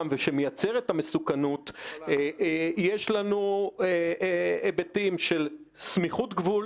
ושמייצר את המסוכנות יש לנו היבטים של סמיכות גבול